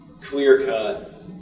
clear-cut